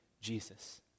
Jesus